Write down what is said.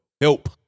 Help